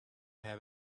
have